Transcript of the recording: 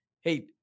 Hey